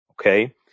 okay